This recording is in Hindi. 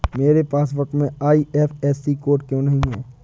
मेरे पासबुक में आई.एफ.एस.सी कोड क्यो नहीं है?